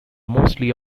mostly